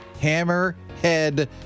hammerhead